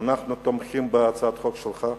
אנחנו תומכים בהצעת החוק שלך.